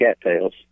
cattails